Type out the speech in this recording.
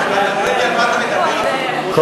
ואתה לא יודע מה אתה מדבר אפילו.